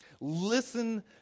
Listen